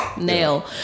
nail